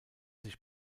sich